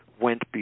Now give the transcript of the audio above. went